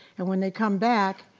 and when they come back,